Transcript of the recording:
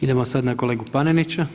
Idemo sad na kolegu Panenića.